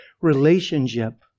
relationship